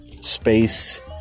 space